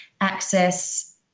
access